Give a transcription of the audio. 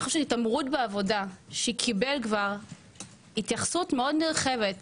נושא התעמרות בעבודה שקיבל כבר התייחסות נרחבת מאוד